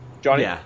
Johnny